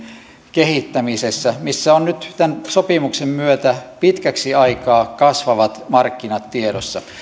kehittämisessä missä on nyt tämän sopimuksen myötä pitkäksi aikaa kasvavat markkinat tiedossa